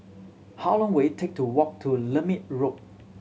how long will it take to walk to Lermit Road